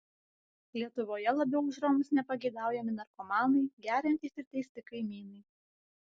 lietuvoje labiau už romus nepageidaujami narkomanai geriantys ir teisti kaimynai